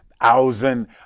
thousand